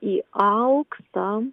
į auksą